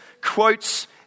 quotes